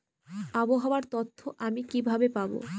আবহাওয়ার তথ্য আমি কিভাবে পাবো?